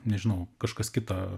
nežinau kažkas kita